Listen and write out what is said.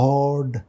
Lord